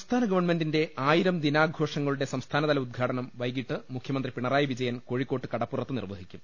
സംസ്ഥാന ഗവൺമെന്റിന്റെ ആയിരം ദിനാഘോഷങ്ങളുടെ സംസ്ഥാനതല ഉദ്ഘാടനം വൈകിട്ട് മുഖ്യമന്ത്രി പിണറായി വിജയൻ കോഴിക്കോട് കടപ്പുറത്ത് നിർവഹിക്കും